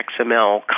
XML